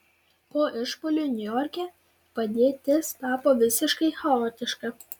po išpuolių niujorke padėtis tapo visiškai chaotiška